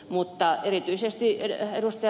mutta erityisesti ed